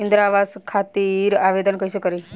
इंद्रा आवास खातिर आवेदन कइसे करि?